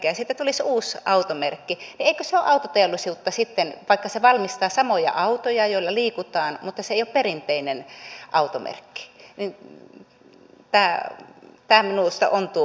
kun sitten tulisi uusi automerkki niin eikö se ole autoteollisuutta sitten vaikka se valmistaa samoja autoja joilla liikutaan mutta se ei ole perinteinen automerkki